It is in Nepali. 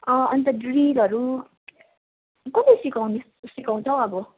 अँ अन्त ड्रिलहरू कसले सिकाउने सिकाउँछ हौ अब